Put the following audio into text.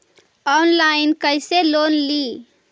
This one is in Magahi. ऑनलाइन कैसे लोन ली?